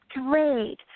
Great